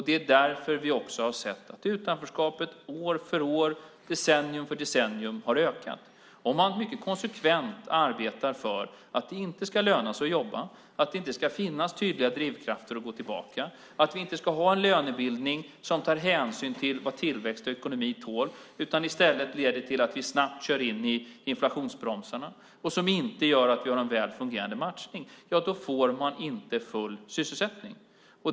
Det är därför vi också har sett att utanförskapet år för år och decennium för decennium har ökat. Om man mycket konsekvent arbetar för att det inte ska löna sig att jobba, att det inte ska finnas tydliga drivkrafter att gå tillbaka och att vi inte ska ha en lönebildning som tar hänsyn till vad tillväxt och ekonomi tål utan som leder till att vi snabbt kör in i inflationsbromsarna och som inte gör att vi har en väl fungerande matchning får man inte full sysselsättning.